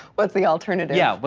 what's the alternative yeah, but